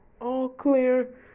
all-clear